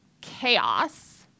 chaos